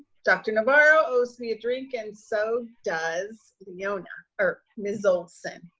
dr. navarro owes me a drink. and so does leona, or ms. olsen.